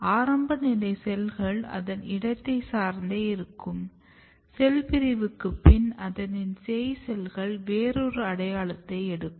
ஆரம்ப நிலை செல்கள் அதன் இடத்தை சார்ந்தே இருக்கும் செல் பிரிவுக்கு பின் அதனின் சேய் செல்கள் வேறொரு அடையாளத்தை எடுக்கும்